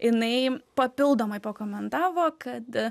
jinai papildomai pakomentavo kad